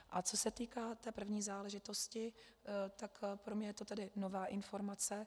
A co se týká té první záležitosti, tak pro mě je to tedy nová informace.